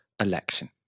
election